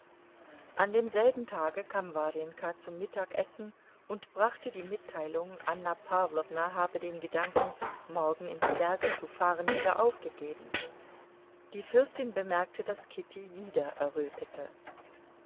an demselben tage kam warjenka zum mittagessen und brachte die mitteilung anna pawlowna habe den gedanken morgen in die berge zu fahren wieder aufgegeben die fürstin bemerkte daß kitty wieder errötete